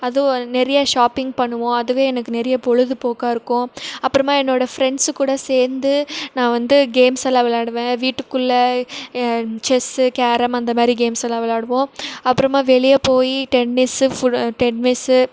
அதுவும் நிறையா ஷாப்பிங் பண்ணுவோம் அதுவே எனக்கு நிறையா பொழுதுபோக்காக இருக்கும் அப்புறமா என்னோடய ஃப்ரெண்ட்ஸு கூட சேர்ந்து நான் வந்து கேம்ஸு எல்லாம் விளாடுவேன் வீட்டுக்குள்ளே செஸ்ஸு கேரம் அந்தமாதிரி கேம்ஸு எல்லாம் விளாடுவோம் அப்புறமா வெளியே போய் டென்னிஸ்ஸு ஃபு டென்னிஸ்ஸு